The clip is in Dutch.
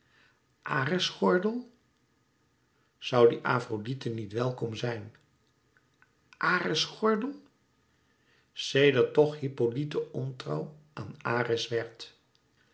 ares gordel zoû dien afrodite niet welkom zijn ares gordel sedert tch hippolyte ontrouw aan ares werd